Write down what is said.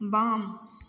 बाम